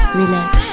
relax